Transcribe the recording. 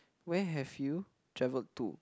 where have you traveled to